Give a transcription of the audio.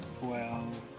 Twelve